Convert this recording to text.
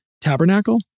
tabernacle